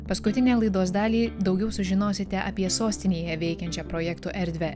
paskutinę laidos dalį daugiau sužinosite apie sostinėje veikiančią projektų erdvę